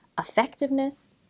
effectiveness